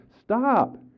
Stop